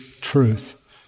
truth